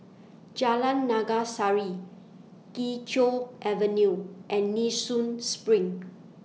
Jalan Naga Sari Kee Choe Avenue and Nee Soon SPRING